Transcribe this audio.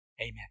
Amen